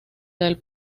del